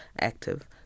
active